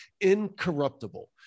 incorruptible